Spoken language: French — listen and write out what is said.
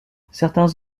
certains